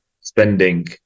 spending